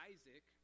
Isaac